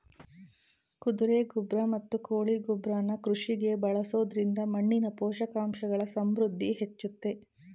ಕುದುರೆ ಗೊಬ್ರ ಮತ್ತು ಕೋಳಿ ಗೊಬ್ರನ ಕೃಷಿಗೆ ಬಳಸೊದ್ರಿಂದ ಮಣ್ಣಿನ ಪೋಷಕಾಂಶಗಳ ಸಮೃದ್ಧಿ ಹೆಚ್ಚುತ್ತೆ